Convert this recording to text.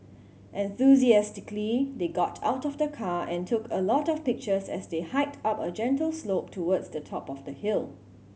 enthusiastically they got out of the car and took a lot of pictures as they hiked up a gentle slope towards the top of the hill